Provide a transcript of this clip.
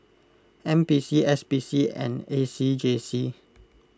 N P C S P C and A C J C